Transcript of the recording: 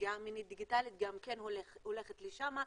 פגיעה מינית דיגיטלית גם הולכת לשם,